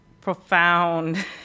profound